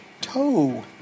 Toe